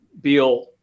beal